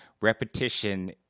repetition